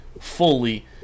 fully